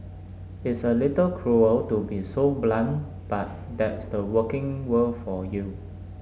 it's a little cruel to be so blunt but that's the working world for you